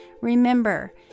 Remember